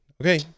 okay